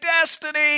destiny